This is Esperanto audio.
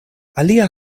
alia